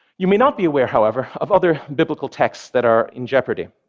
you may not be aware, however, of other biblical texts that are in jeopardy.